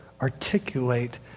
articulate